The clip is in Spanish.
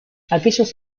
aquellos